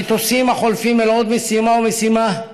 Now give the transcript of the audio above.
המטוסים החולפים אל עוד משימה ומשימה,